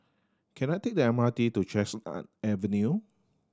can I take the M R T to Avenue